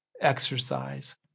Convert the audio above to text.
exercise